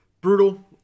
brutal